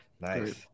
Nice